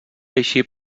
eixir